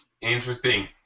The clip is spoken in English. Interesting